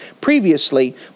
previously